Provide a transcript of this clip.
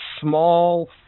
small